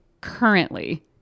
currently